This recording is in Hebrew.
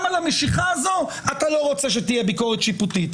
על המשיכה הזו אתה לא רוצה שתהיה ביקורת שיפוטית.